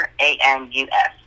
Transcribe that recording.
A-N-U-S